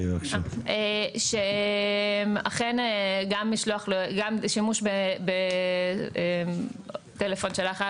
אכן גם שימוש בטלפון של החייב,